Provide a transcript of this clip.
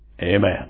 Amen